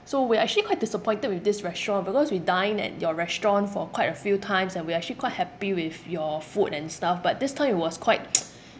so we're actually quite disappointed with this restaurant because we dined at your restaurant for quite a few times and we're actually quite happy with your food and stuff but this time it was quite